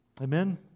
Amen